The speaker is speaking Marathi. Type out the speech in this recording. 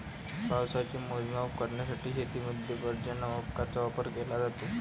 पावसाचे मोजमाप करण्यासाठी शेतीमध्ये पर्जन्यमापकांचा वापर केला जातो